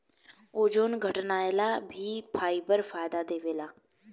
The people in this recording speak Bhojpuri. ओजन घटाएला भी फाइबर फायदा देवेला